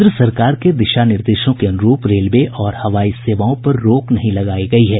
केन्द्र सरकार के दिशा निर्देशों के अनुरूप रेलवे और हवाई सेवाओं पर रोक नहीं लगायी गयी है